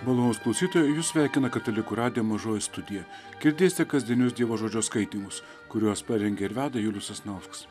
malonūs klausytojai jus sveikina katalikų radijo mažoji studija girdėsite kasdienius dievo žodžio skaitymus kuriuos parengė ir veda julius sasnauskas